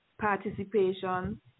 participation